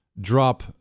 drop